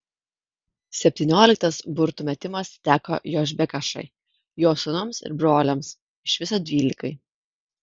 septynioliktas burtų metimas teko jošbekašai jo sūnums ir broliams iš viso dvylikai